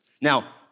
Now